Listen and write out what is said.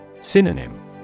Synonym